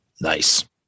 nice